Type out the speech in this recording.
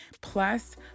Plus